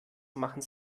machten